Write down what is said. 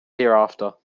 hereafter